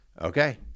okay